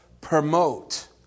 promote